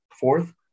fourth